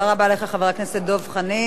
תודה רבה לך, חבר הכנסת דב חנין.